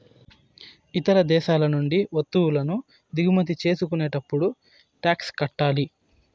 ఇతర దేశాల నుండి వత్తువులను దిగుమతి చేసుకునేటప్పుడు టాక్స్ కట్టాలి